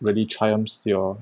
really triumphs your